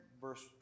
verse